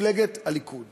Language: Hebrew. מפלגת הליכוד